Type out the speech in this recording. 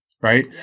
right